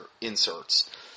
inserts